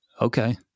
Okay